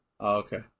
okay